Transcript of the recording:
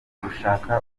gushaka